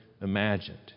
imagined